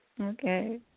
Okay